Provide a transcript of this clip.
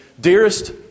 dearest